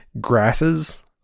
grasses